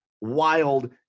wild